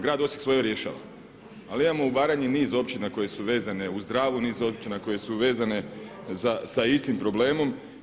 Grad Osijek svoje rješava ali imamo u Baranji niz općina koje su vezane uz Dravu, niz općina koje su vezane sa istim problemom.